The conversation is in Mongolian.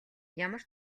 ямар